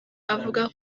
avuga